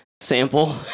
sample